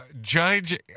Judge